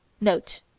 note